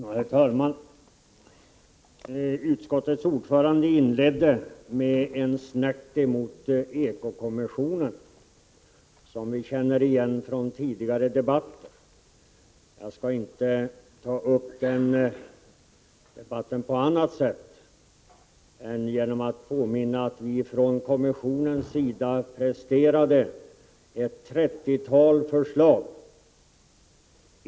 Herr talman! Utskottets ordförande inledde med en snärt mot ekokommissionen, en snärt som vi känner igen från tidigare debatter. Jag skall inte ta upp en debatt om detta på annat sätt än genom att påminna om att vi från kommissionens sida presterade ett trettiotal förslag.